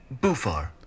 Bufar